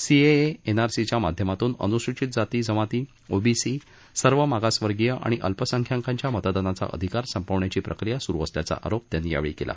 CAA एनआरसीच्या माध्यमातून अनुसूचित जाती जमाती ओबीसी सर्व मागासवर्गीय आणि अल्पसंख्याकांच्या मतदानाचा अधिकार संपविण्याची प्रक्रिया सुरू असल्याचा आरोप त्यांनी यावेळी केला